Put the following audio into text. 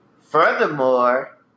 Furthermore